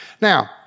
Now